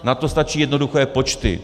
Na to stačí jednoduché počty.